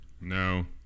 No